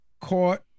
caught